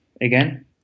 again